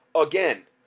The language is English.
again